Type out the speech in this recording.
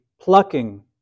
plucking